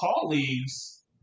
colleagues